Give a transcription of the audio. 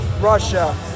Russia